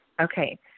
Okay